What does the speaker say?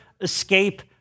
escape